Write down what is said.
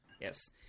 Yes